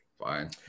Fine